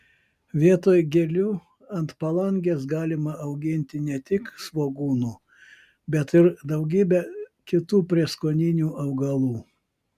vietoj gėlių ant palangės galima auginti ne tik svogūnų bet ir daugybę kitų prieskoninių augalų